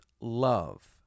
love